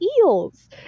eels